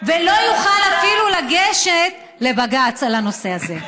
ולא יוכל אפילו לגשת לבג"ץ על הנושא הזה.